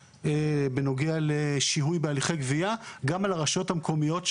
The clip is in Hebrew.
בנוגע לשיהוי בהליכי גבייה גם על הרשויות המקומיות,